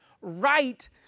right